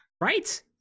right